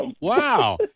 Wow